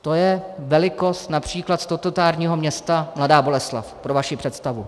To je velikost například statutárního města Mladá Boleslav, pro vaši představu.